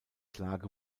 klage